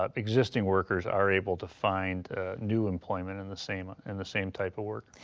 ah existing workers are able to find new employment in the same and the same type of work.